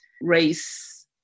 race